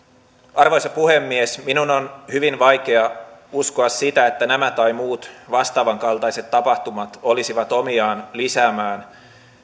arvoisa puhemies minun on hyvin vaikea uskoa sitä että nämä tai muut vastaavan kaltaiset tapahtumat olisivat omiaan lisäämään